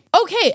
Okay